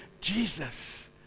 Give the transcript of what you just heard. Jesus